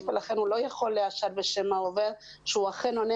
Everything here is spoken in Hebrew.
ולכן הוא לא יכול לאשר בשם העובד שהוא אכן עונה